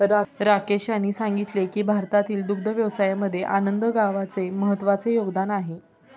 राकेश यांनी सांगितले की भारतातील दुग्ध व्यवसायामध्ये आनंद गावाचे महत्त्वाचे योगदान आहे